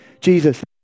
Jesus